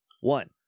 One